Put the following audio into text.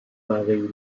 barils